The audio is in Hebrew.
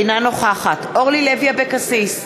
אינה נוכחת אורלי לוי אבקסיס,